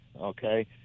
okay